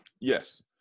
Yes